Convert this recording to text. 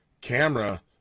camera